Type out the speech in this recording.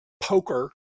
poker